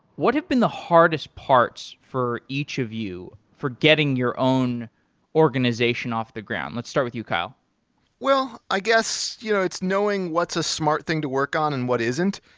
what have been the hardest parts for each of you for getting your own organization off the ground? let's start with you, kyle i guess you know it's knowing what's a smart thing to work on and what isn't.